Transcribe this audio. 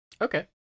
okay